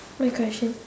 my question